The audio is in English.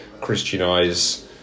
Christianize